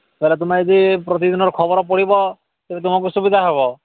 ତା'ହେଲେ ତୁମେ ଯଦି ପ୍ରତିଦିନର ଖବର ପଢ଼ିବ ତେବେ ତୁମକୁ ସୁବିଧା ହେବ